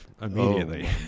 immediately